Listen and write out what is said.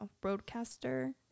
broadcaster